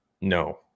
No